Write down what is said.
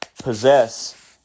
possess